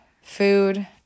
food